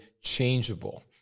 changeable